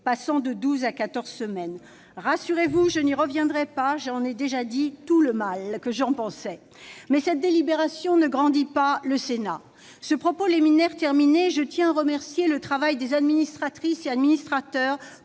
à quatorze semaines. Rassurez-vous, je n'y reviendrai pas, j'ai déjà dit tout le mal que j'en pensais ! Mais cette seconde délibération ne grandit pas le Sénat ! Ce propos liminaire terminé, je tiens à remercier les administratrices et administrateurs